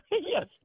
Yes